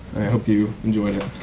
hope you enjoyed it.